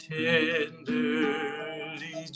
tenderly